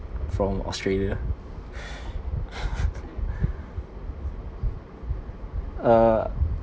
from Australia uh